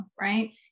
right